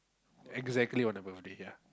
exactly on her birthday ya